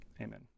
Amen